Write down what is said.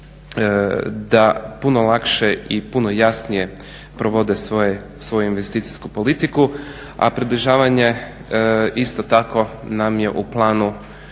da puno lakše i puno jasnije provode svoju investicijsku politiku a približavanje isto tako nam je u planu